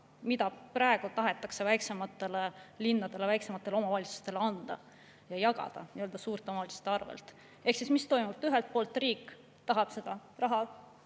mida praegu tahetakse väiksematele linnadele, väiksematele omavalitsustele anda ja ära jagada nii-öelda suurte omavalitsuste arvel. Ehk mis toimub? Ühelt poolt riik tahab raha